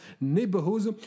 neighborhoods